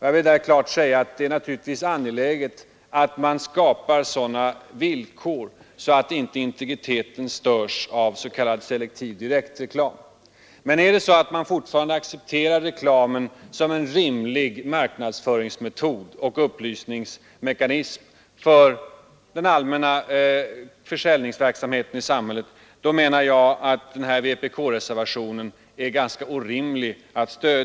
Jag vill säga att det naturligtvis är angeläget att man skapar sådana villkor att inte integriteten störs av s.k. selektiv direktreklam. Men är det så att man fortfarande accepterar reklamen som en rimlig marknadsföringsmetod och upplysningsmekanism för den allmänna försäljningsverksamheten i samhället, är det orimligt att stödja den här vpk-reservationen.